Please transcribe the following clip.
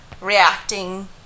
reacting